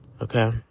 Okay